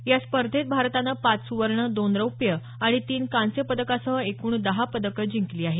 या स्पर्धेत भारतानं पाच सुवर्ण दोन रौप्य आणि तीन कांस्य पदकासह एकूण दहा पदकं जिंकली आहेत